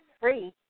free